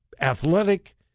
athletic